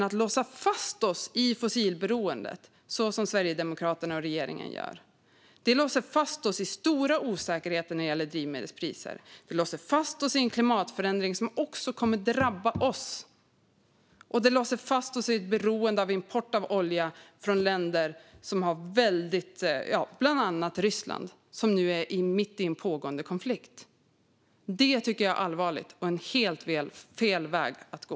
Att låsa fast oss i fossilberoendet, så som Sverigedemokraterna och regeringen gör, leder till stora osäkerheter när det gäller drivmedelspriser. Det låser fast oss i en klimatförändring som också kommer att drabba Sverige, och det låser fast oss i ett beroende av import av olja från länder - bland annat Ryssland - som befinner sig i konflikt. Det tycker jag är allvarligt och helt fel väg att gå.